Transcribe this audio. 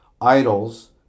Idols